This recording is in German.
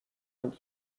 und